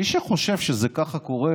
מי שחושב שזה ככה קורה,